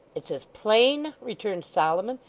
it's as plain returned solomon,